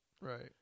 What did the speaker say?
Right